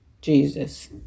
Jesus